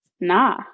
nah